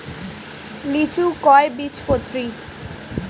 লিচু কয় বীজপত্রী?